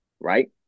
right